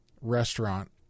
restaurant